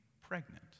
pregnant